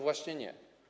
Właśnie nie.